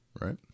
right